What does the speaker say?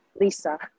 lisa